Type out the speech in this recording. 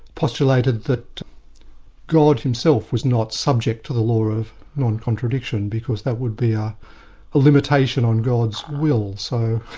postulated that god himself was not subject to the law of non-contradiction because that would be a limitation on god's will. so